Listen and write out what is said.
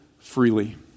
freely